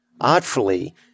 artfully